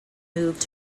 moved